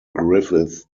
griffith